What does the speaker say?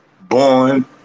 Born